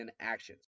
actions